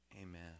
Amen